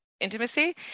intimacy